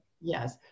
Yes